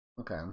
okay